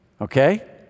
Okay